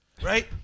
Right